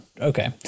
Okay